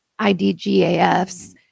IDGAFs